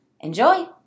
Enjoy